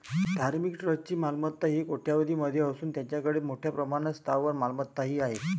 धार्मिक ट्रस्टची मालमत्ता कोट्यवधीं मध्ये असून त्यांच्याकडे मोठ्या प्रमाणात स्थावर मालमत्ताही आहेत